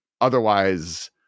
Otherwise